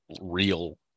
real